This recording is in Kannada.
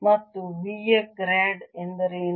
ಮತ್ತು v ಯ ಗ್ರೇಡ್ ಎಂದರೇನು